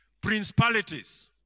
principalities